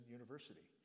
University